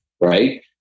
right